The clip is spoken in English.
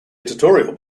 editorial